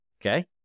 Okay